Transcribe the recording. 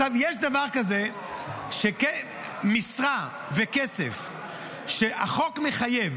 יש דבר כזה שכסף שהחוק מחייב